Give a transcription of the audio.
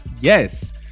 Yes